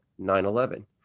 9-11